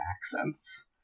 accents